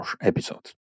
episodes